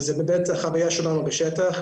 וזה באמת החוויה שלנו בשטח,